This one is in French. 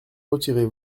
retirez